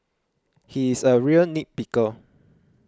he is a real nit picker